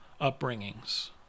upbringings